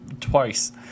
twice